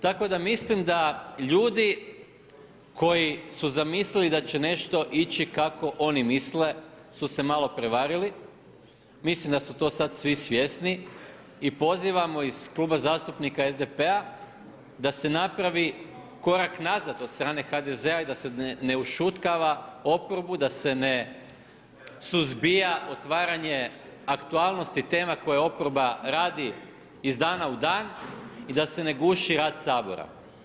Tako da mislim da ljudi koji su zamislili da će nešto ići kako oni misle su se malo prevarili, mislim da su to sad svi svjesni i pozivamo iz Kluba zastupnika SDP-a da se napravi korak nazad od strane HDZ-a i da se ne ušutkava oporbu, da se ne suzbija otvaranje aktualnosti tema koje oporba radi iz dana u dan i da se ne guši rad Sabora.